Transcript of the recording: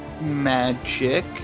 magic